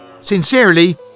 Sincerely